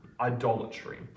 idolatry